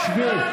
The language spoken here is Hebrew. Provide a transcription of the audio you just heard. שבי.